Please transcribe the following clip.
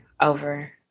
over